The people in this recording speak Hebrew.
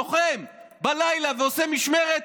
לוחם בלילה ועושה משמרת,